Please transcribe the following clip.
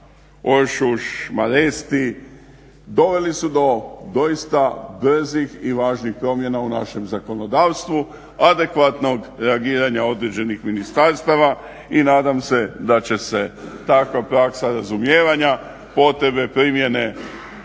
presudama, … doveli su do doista brzih i važnih promjena u našem zakonodavstvu adekvatnog reagiranja određenih ministarstava i nadam se da će se takva praksa razumijevanja potrebe primjene